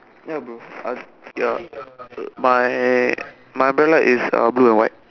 ya bro uh your my my umbrella is uh blue and white